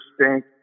stink